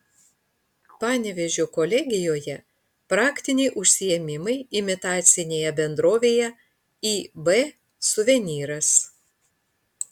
panevėžio kolegijoje praktiniai užsiėmimai imitacinėje bendrovėje ib suvenyras